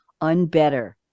unbetter